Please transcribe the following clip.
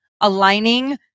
aligning